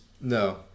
no